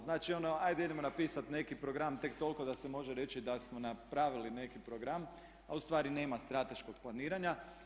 Znači ono ajde idemo napisati neki program tek toliko da se može reći da smo napravili neki program, a ustvari nema strateškog planiranja.